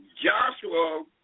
Joshua